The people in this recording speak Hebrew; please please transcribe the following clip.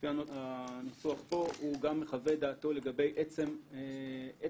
לפי הניסוח פה הוא גם מחווה דעתו לגבי עצם ההפרה,